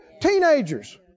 Teenagers